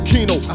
Kino